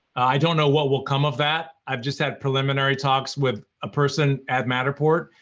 i don't know what will come of that, i've just had preliminary talks with a person at matterport.